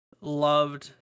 loved